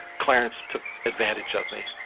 clarence took advantage of me.